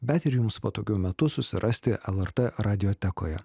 bet ir jums patogiu metu susirasti lrt radiotekoje